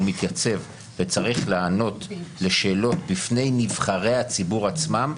הוא מתייצב וצריך לענות לשאלות בפני נבחרי הציבור עצמם,